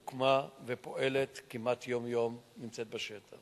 היא הוקמה ופועלת כמעט יום-יום, נמצאת בשטח.